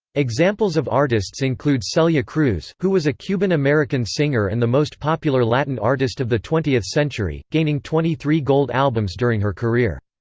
examples of artists include celia cruz, who was a cuban-american singer and the most popular latin artist of the twentieth century, gaining twenty-three gold albums during her career.